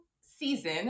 season